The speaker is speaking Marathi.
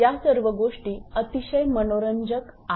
या सर्व गोष्टी अतिशय मनोरंजक आहेत